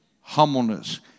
Humbleness